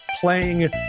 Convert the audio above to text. playing